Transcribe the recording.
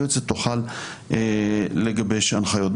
היועצת תוכל לגבש הנחיות.